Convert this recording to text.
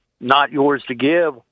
not-yours-to-give